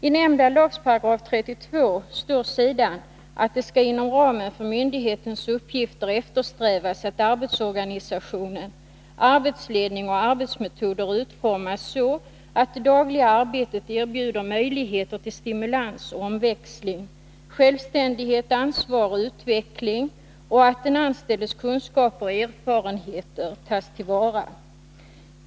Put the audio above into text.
I nämnda lags 32 § står sedan att det inom ramen för myndighetens uppgifter skall eftersträvas att arbetsorganisation, arbetsledning och arbetsmetoder utformas så att det dagliga arbetet erbjuder möjligheter till stimulans, omväxling, självständighet, ansvar och utveckling och att den anställdes kunskaper och erfarenheter tas till vara.